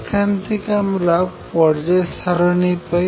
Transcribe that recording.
এখান থেকে আমরা পর্যায় সারণি পাই